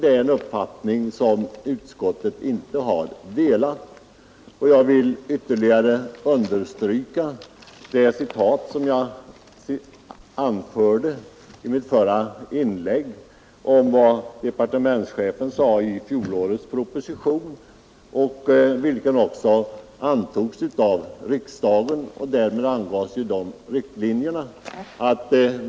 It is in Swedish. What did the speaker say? Det är en uppfattning som utskottet inte delar. Jag vill ytterligare understryka det citat av departementschefens uttalande i fjolårets proposition som jag anförde i mitt förra inlägg; denna proposition, och därmed riktlinjerna i den, antogs av riksdagen.